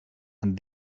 and